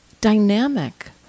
dynamic